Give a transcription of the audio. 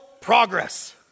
progress